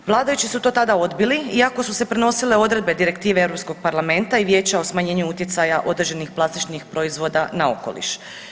Vladajući su to tada odbili iako su se prenosile direktive Europskog parlamenta i Vijeća o smanjenju utjecaja određenih plastičnih proizvoda na okoliš.